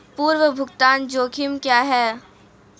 पूर्व भुगतान जोखिम क्या हैं?